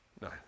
No